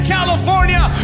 California